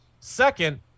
Second